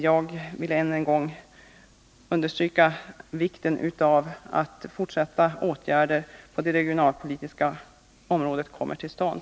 Jag vill än en gång understryka vikten av att positiva åtgärder på det regionalpolitiska området kommer till stånd.